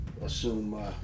assume